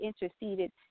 interceded